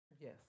Yes